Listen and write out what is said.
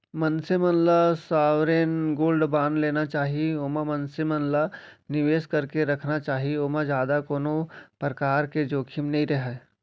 मनसे मन ल सॉवरेन गोल्ड बांड लेना चाही ओमा मनसे मन ल निवेस करके रखना चाही ओमा जादा कोनो परकार के जोखिम नइ रहय